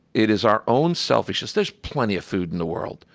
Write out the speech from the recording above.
it is our own selfishness. there's plenty of food in the world.